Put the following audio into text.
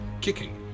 kicking